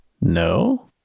No